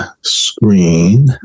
screen